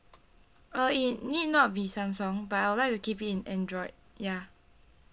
uh it need not be samsung but I would like to keep it in android ya